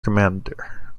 commander